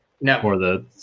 No